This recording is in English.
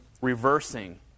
reversing